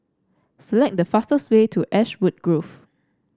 select the fastest way to Ashwood Grove